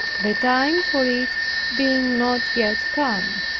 the time for it being not yet come.